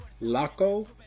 Laco